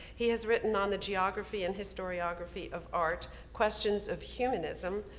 he has written on the geography and historiography of art, questions of humanism,